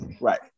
right